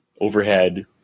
overhead